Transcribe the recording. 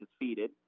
defeated